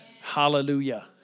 Hallelujah